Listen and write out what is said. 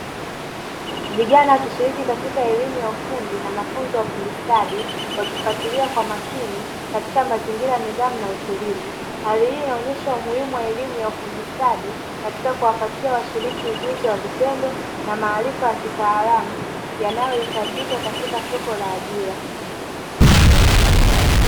Vijana wakishiriki katika elimu ya ufundi na mafunzo ya ufundi stadi wakifatilia kwa makini katika mazingira ya nidhamu na utulivu. Hali hii inaonesha umuhimu wa elimu ya ufundi stadi katika kuwapatia washiriki ujuzi wa kutosha na maarifa ya kitaalamu yanayohitajika katika soko la ajira.